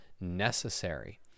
necessary